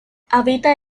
habita